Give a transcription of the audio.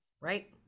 Right